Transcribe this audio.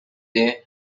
day